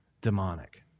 demonic